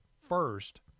first